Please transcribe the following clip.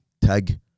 tag